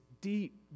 deep